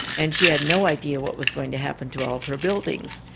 and she had no idea what was going to happen to all of her buildings.